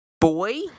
boy